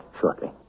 shortly